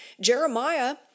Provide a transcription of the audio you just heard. Jeremiah